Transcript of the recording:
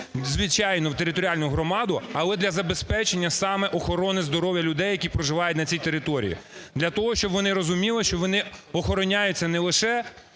звичайно, в територіальну громаду, але для забезпечення саме охорони здоров'я людей, які проживають на цій території для того, щоб вони розуміли, що вони охороняються не лише